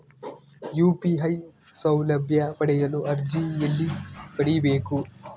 UPI ಸೌಲಭ್ಯ ಪಡೆಯಲು ಅರ್ಜಿ ಎಲ್ಲಿ ಪಡಿಬೇಕು?